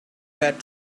had